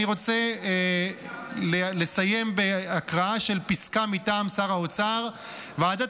אני רוצה לסיים בהקראה של פסקה מטעם שר האוצר: ועדת